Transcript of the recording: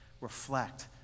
Reflect